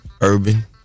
urban